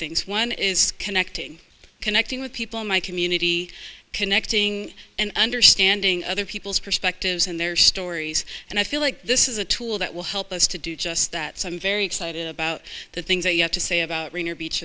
things one is connecting connecting with people in my community connecting and understanding other people's perspectives and their stories and i feel like this is a tool that will help us to do just that so i'm very excited about the things that you have to say about rainier beach